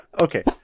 okay